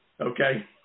Okay